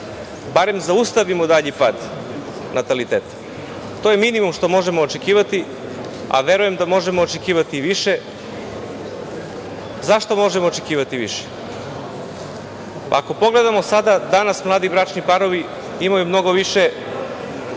barem zaustavimo dalji pad nataliteta. To je minimum što možemo očekivati, a verujem da možemo očekivati i više. Zašto možemo očekivati više? Ako pogledamo danas, mladi bračni parovi imaju veću